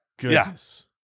Yes